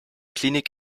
klinik